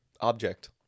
object